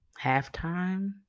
halftime